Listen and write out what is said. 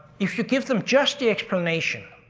if you give them just the explanation,